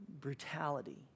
brutality